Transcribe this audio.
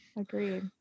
agreed